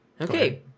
Okay